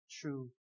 true